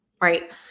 Right